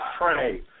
Pray